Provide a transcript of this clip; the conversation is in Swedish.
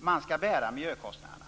denna skall bära miljökostnaderna.